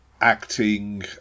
acting